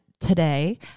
Today